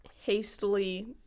Hastily